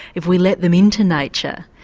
if we let them into nature.